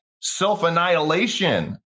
self-annihilation